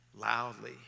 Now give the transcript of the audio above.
loudly